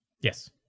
Yes